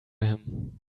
him